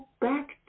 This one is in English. back